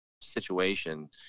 situation